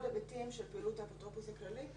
היבטים של פעילות האפוטרופוס הכללי.